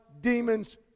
demons